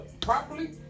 properly